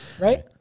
right